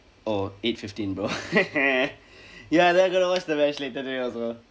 oh eight fifteen bro ya then going to watch the match later today also